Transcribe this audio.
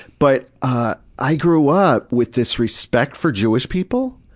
but ah i grew up with this respect for jewish people.